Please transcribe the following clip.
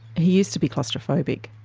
he used to be claustrophobic.